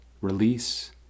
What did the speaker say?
release